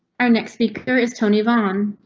our next speaker is tony vaughn.